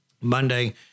Monday